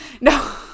No